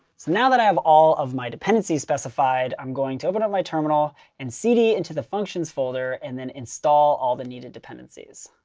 so now that i have all of my dependencies specified, i'm going to open up my terminal and cd into the functions folder and then install all the needed dependencies.